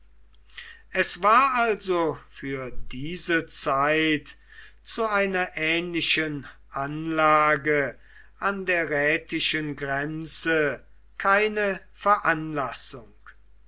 es war also für diese zeit zu einer ähnlichen anlage an der rätischen grenze keine veranlassung